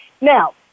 Now